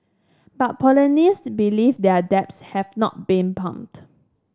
but believe their depths have not been plumbed